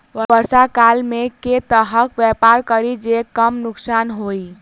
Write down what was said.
वर्षा काल मे केँ तरहक व्यापार करि जे कम नुकसान होइ?